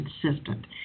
consistent